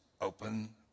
open